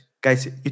guys